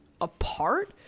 apart